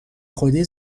خودی